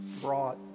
brought